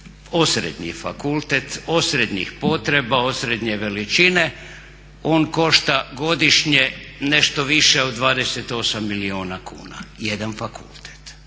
osrednji fakultet, osrednjih potreba, osrednje veličine on košta godišnje nešto više od 28 milijuna kuna, jedan fakultet.